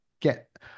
get